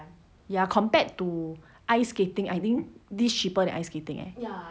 ya compared to ice skating I think this is cheaper than ice skating eh